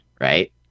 right